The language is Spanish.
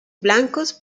blancos